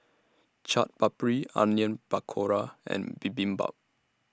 Chaat Papri Onion Pakora and Bibimbap